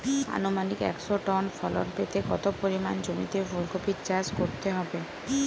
আনুমানিক একশো টন ফলন পেতে কত পরিমাণ জমিতে ফুলকপির চাষ করতে হবে?